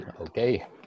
okay